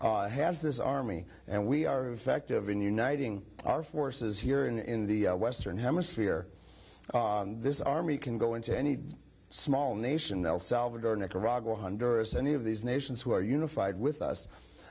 has this army and we are effective in uniting our forces here in the western hemisphere this army can go into any small nation el salvador nicaragua honduras any of these nations who are unified with us